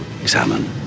examine